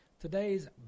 today's